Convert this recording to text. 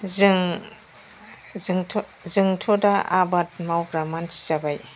जों जोंथ' दा आबाद मावग्रा मानसि जाबाय